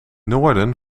noorden